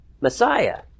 Messiah